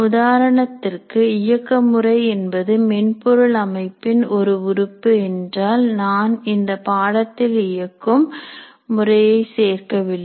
உதாரணத்திற்கு இயக்க முறை என்பது மென்பொருள் அமைப்பின் ஒரு உறுப்பு என்றால் நான் இந்த படத்தில் இயக்கும் முறையை சேர்க்கவில்லை